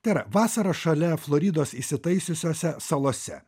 tai yra vasarą šalia floridos įsitaisiusiose salose